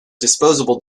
disposable